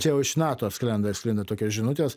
čia jau iš nato skrenda ir sklinda tokios žinutės